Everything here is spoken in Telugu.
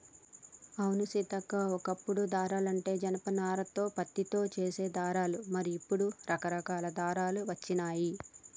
అవును సీతక్క ఓ కప్పుడు దారాలంటే జనప నారాలతో పత్తితో చేసే దారాలు మరి ఇప్పుడు రకరకాల దారాలు వచ్చినాయి